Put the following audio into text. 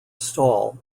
stall